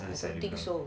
I don't think so